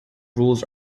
rules